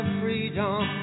freedom